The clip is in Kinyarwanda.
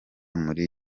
muri